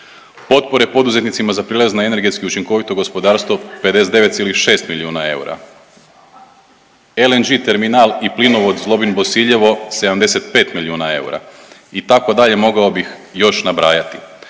potpore poduzetnicima za prijelaz na energetski učinkovito gospodarstvo 59,6 milijuna eura. LNG terminal i plinovod Zlobin – Bosiljevo 75 milijuna eura itd. Mogao bih još nabrajati.